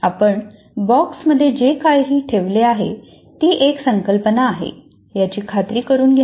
आपण बॉक्समध्ये जे काही ठेवले ती एक संकल्पना आहे याची खात्री करुन घ्यावी